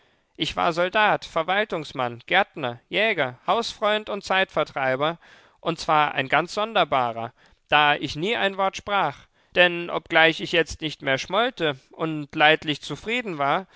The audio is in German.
ich war soldat verwaltungsmann gärtner jäger hausfreund und zeitvertreiber und zwar ein ganz sonderbarer da ich nie ein wort sprach denn obgleich ich jetzt nicht mehr schmollte und leidlich zufrieden war